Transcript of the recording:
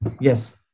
Yes